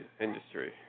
industry